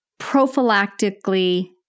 prophylactically